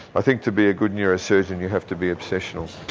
i think to be a good neurosurgeon you have to be obsessional.